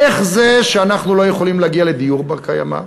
איך זה שאנחנו לא יכולים להגיע לדיור בר-קיימא?